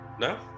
No